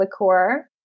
liqueur